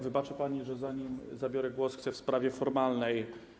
Wybaczy pani, że zanim zabiorę głos, chcę w sprawie formalnej.